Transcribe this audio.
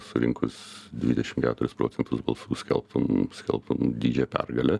surinkus dvidešim keturis procentus balsų skelbtų skelbtų didžią pergalę